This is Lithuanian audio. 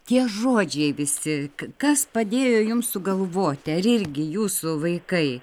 tie žodžiai visi kas padėjo jums sugalvoti ar irgi jūsų vaikai